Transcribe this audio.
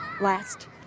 last